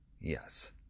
Yes